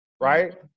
right